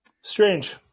Strange